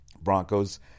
Broncos